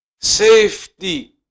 safety